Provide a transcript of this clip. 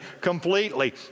completely